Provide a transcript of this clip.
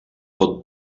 pot